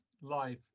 live